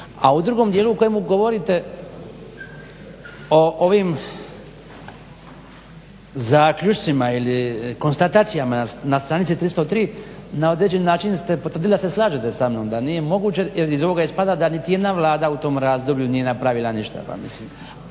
A u drugom dijelu o kojemu govorite o ovim zaključcima ili konstatacijama na stranici 303 na određeni način ste potvrdili da se slažete sa mnom, da nije moguće jer iz ovoga ispada da niti jedna Vlada u tom razdoblju nije napravila ništa pa mislim.